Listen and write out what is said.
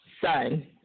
son